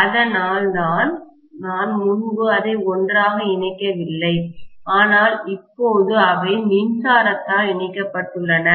அதனால் தான் நான் முன்பு அதை ஒன்றாக இணைக்கவில்லை ஆனால் இப்போது அவை மின்சாரத்தால் இணைக்கப்பட்டுள்ளன